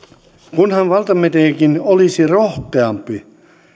kunhan valtamediakin olisi rohkeampi